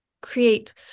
create